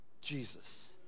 Jesus